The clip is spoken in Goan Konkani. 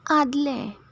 आदलें